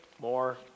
more